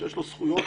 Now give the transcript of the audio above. שיש לו זכויות